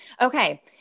Okay